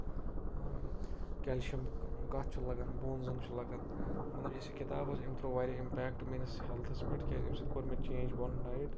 calcium کَتھ چھُ لگان بونزن چھُ لگان مَگر یُس یہِ کِتاب ٲس أمۍ تروٚو واریاہ اِمپیکٹ میٲنِس ہیلتَھس پٮ۪ٹھ کیازِ اَمہِ سۭتۍ کوٚر مےٚ چینٛج پَنُن ڈایِٹ